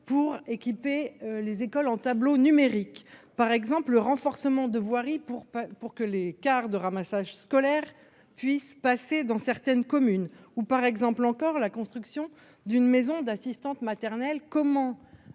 pour équiper les écoles en tableaux numériques, par exemple, le renforcement de voirie pour pas pour que les Cars de ramassage scolaire puisse passer dans certaines communes ou par exemple encore la construction d'une maison d'assistantes maternelles,